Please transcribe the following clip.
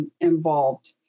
involved